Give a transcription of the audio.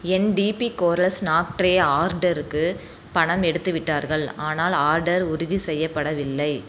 என் DP coral snack tray ஆர்டருக்கு பணம் எடுத்துவிட்டார்கள் ஆனால் ஆர்டர் உறுதி செய்யப்படவில்லை